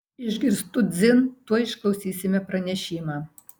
išgirstu dzin tuoj išklausysime pranešimą